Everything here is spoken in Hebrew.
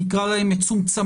נקרא להן מצומצמות,